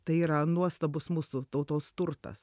tai yra nuostabus mūsų tautos turtas